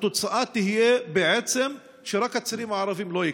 התוצאה תהיה בעצם שרק הצעירים הערבים לא יקבלו.